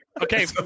Okay